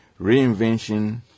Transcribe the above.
reinvention